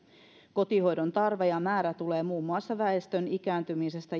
kotihoidon tarve ja määrä tulee muun muassa väestön ikääntymisestä